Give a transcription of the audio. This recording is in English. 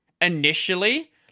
initially